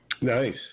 Nice